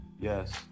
Yes